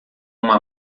uma